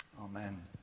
Amen